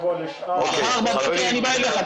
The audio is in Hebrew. מחר בבוקר אני בא אליך.